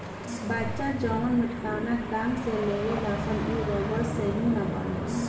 बच्चा जवन मेटकावना काम में लेवेलसन उ रबड़ से ही न बनेला